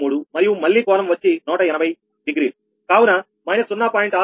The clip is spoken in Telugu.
6153 మరియు మళ్లీ కోణం వచ్చి 180 డిగ్రీకావున −0